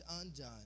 undone